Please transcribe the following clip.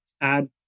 add